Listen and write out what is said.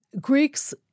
Greeks